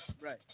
Right